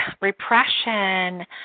repression